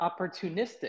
opportunistic